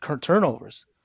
turnovers